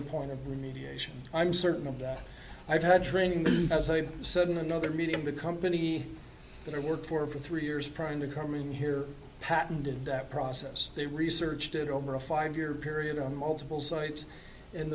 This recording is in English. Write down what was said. the point of mediation i'm certain of that i've had training as a sudden another medium the company that i work for for three years prior to coming here patented that process they researched it over a five year period on multiple sites and